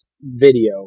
video